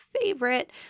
favorite